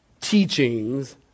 teachings